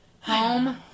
Home